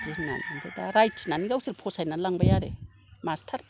बिदि होननानै आमफ्राय दा रायथिनानै गावसोर फसायनानै लांबाय आरो मास्टार